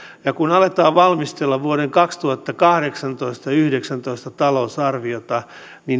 ja kun aletaan valmistella vuoden kaksituhattakahdeksantoista viiva kaksituhattayhdeksäntoista talousarviota